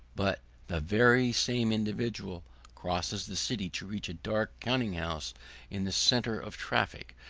but the very same individual crosses the city to reach a dark counting-house in the centre of traffic,